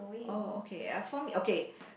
oh okay uh for me okay